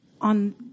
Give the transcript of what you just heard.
On